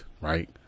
right